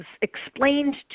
explained